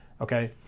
Okay